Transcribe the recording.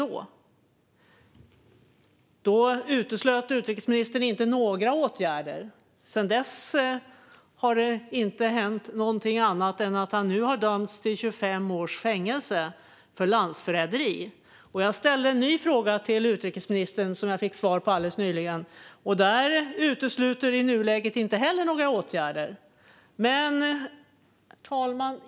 Då uteslöt utrikesministern inte några åtgärder. Sedan dess har det inte hänt någonting annat än att Kara-Murza nu har dömts till 25 års fängelse för landsförräderi. Jag ställde en ny fråga till utrikesministern som jag fick svar på alldeles nyligen. Där utesluts inte heller några åtgärder. Herr talman!